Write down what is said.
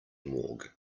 morgue